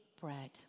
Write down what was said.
bread